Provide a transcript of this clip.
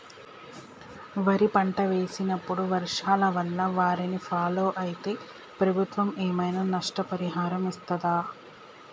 వరి పంట వేసినప్పుడు వర్షాల వల్ల వారిని ఫాలో అయితే ప్రభుత్వం ఏమైనా నష్టపరిహారం ఇస్తదా?